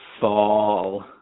fall